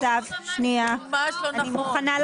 זה ממש לא נכון.